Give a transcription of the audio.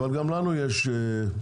אבל גם לנו יש אפשרויות.